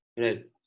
Right